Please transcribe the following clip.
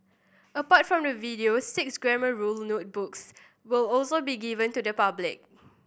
apart from the videos six Grammar Rule notebooks will also be given to the public